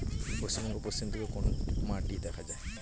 পশ্চিমবঙ্গ পশ্চিম দিকে কোন মাটি দেখা যায়?